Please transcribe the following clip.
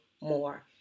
more